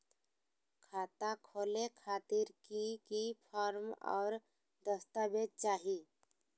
खाता खोले खातिर की की फॉर्म और दस्तावेज चाही?